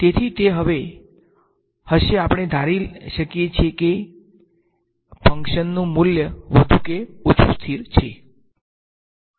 તેથી તે હવે હશે આપણે ધારી શકીએ કે નું ફંક્શન મૂલ્ય વધુ કે ઓછું સ્થિર છે